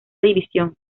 división